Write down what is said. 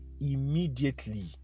Immediately